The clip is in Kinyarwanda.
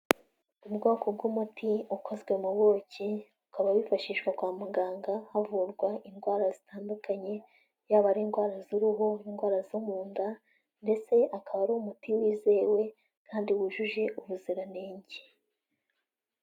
Ubwoko bw'umuti ukozwe mu buki, ukaba wifashishwa kwa muganga havurwa indwara zitandukanye, yaba ari indwara z'uruhu, indwara zo mu nda, ndetse akaba ari umuti wizewe kandi wujuje ubuziranenge.